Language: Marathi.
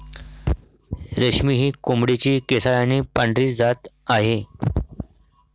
रेशमी ही कोंबडीची केसाळ आणि पांढरी जात आहे